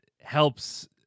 helps –